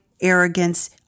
arrogance